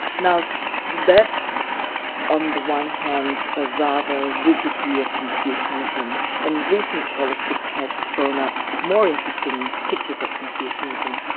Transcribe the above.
now that's on the one hand, a rather rigid view of confucianism and recent scholarship has thrown up more interesting pictures of confucianism,